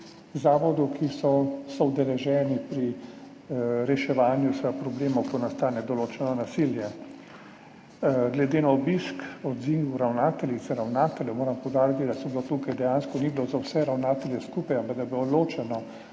zavodov, ki so soudeleženi pri reševanju problemov, ko nastane določeno nasilje. Glede na obisk, odziv ravnateljic, ravnateljev, moram poudariti, da tukaj dejansko ni bilo za vse ravnatelje skupaj, ampak je bilo ločeno,